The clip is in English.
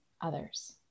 others